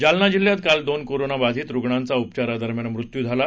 जालना जिल्ह्यात काल दोन कोरोना बाधित रुग्णांचा उपचारादरम्यान मृत्यू झाला